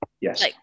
yes